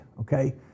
okay